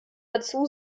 dazu